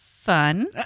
Fun